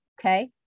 Okay